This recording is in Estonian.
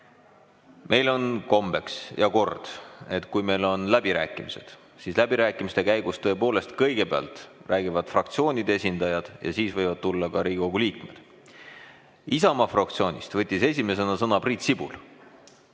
Meil on kombeks ja kord, et kui meil on läbirääkimised, siis läbirääkimiste käigus tõepoolest kõigepealt räägivad fraktsioonide esindajad ja siis võivad tulla ka Riigikogu liikmed. Isamaa fraktsioonist võttis esimesena sõna Priit Sibul.